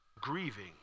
grieving